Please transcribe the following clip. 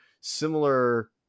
similar